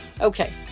Okay